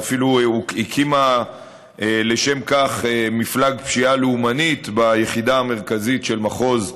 ואפילו הקימה לשם כך מפלג פשיעה לאומנית ביחידה המרכזית של מחוז ש"י,